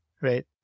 right